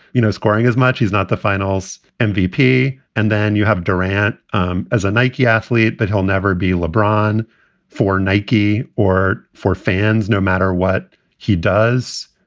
you know, scoring as much, he's not the finals mvp. and then you have durant um as a nike athlete. but he'll never be lebron for nike or for fans no matter what he does.